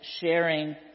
sharing